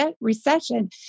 recession